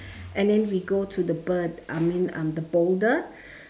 and then we go to the bird I mean um the boulder